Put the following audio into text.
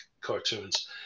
cartoons